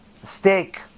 Mistake